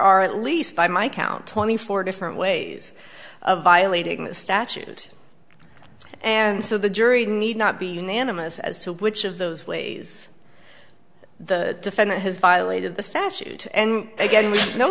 are at least by my count twenty four different ways of violating the statute and so the jury need not be unanimous as to which of those ways the defendant has violated the statute and again we kno